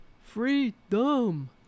Freedom